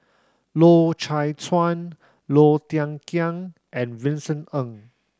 Loy Chye Chuan Low Thia Khiang and Vincent Ng